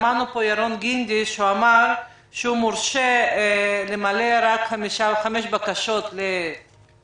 שמענו פה את ירון גינדי שאמר שהוא מורשה למלא רק חמש בקשות לקרן,